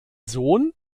sohn